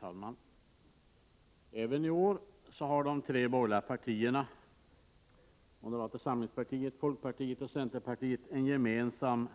Herr talman! Även i år har de tre borgerliga partierna — moderata samlingspartiet, folkpartiet och centerpartiet — en gemensam